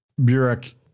Burek